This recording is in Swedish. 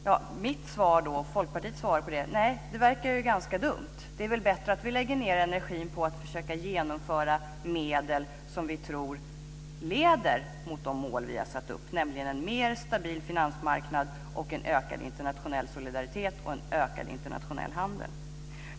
Mitt och Folkpartiets svar på den frågan är: Nej, det verkar ganska dumt. Då är det väl bättre att lägga energi på att försöka genomföra medel som vi tror leder mot de mål som vi har satt upp: en mer stabil finansmarknad, en ökad internationell solidaritet och en ökad internationell handel.